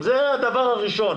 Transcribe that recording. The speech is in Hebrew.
זה דבר ראשון.